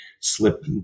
slip